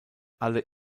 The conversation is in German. alle